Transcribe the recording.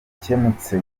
gikemutse